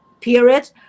period